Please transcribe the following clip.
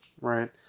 right